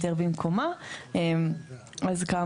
הנושא הוא תיקון שהופיע במקור או בקובץ הגדול שיש לכם